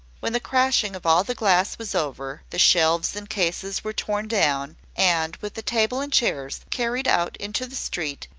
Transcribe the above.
when the crashing of all the glass was over, the shelves and cases were torn down, and, with the table and chairs, carried out into the street,